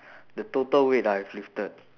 the total weight I have lifted